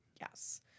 Yes